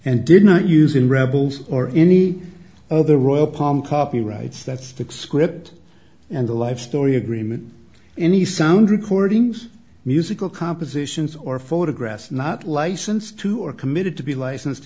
and did not use in rebels or any other royal palm copyrights that stick script and the life story agreement any sound recordings musical compositions or photographs not licensed to or committed to be licensed